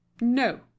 no